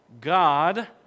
God